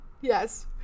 Yes